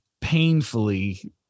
painfully